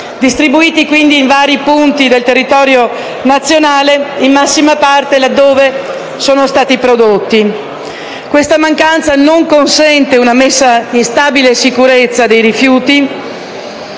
distribuiti in vari punti del territorio nazionale, in massima parte laddove prodotti. Questa mancanza non consente una messa in stabile sicurezza dei rifiuti